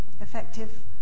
effective